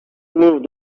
move